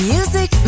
Music